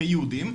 כיהודים,